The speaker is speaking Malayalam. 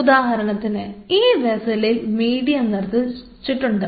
ഉദാഹരണത്തിന് ഈ വെസ്സലിൽ മീഡിയം നിറച്ചിട്ടുണ്ട്